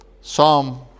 Psalm